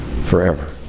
forever